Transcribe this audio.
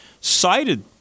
cited